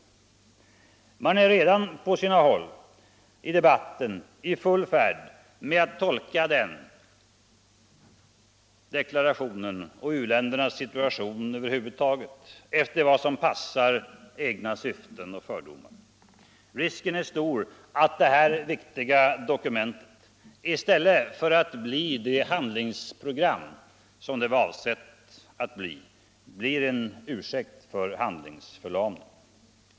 Man är på sina håll i debatten redan i full färd med att tolka den deklarationen och u-ländernas situation över huvud taget efter vad som passar egna syften och fördomar. Risken är stor att det här viktiga dokumentet, i stället för att bli det handlingsprogram som det var avsett att bli, blir en ursäkt för handlingsförlamning.